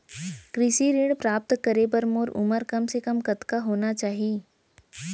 कृषि ऋण प्राप्त करे बर मोर उमर कम से कम कतका होना चाहि?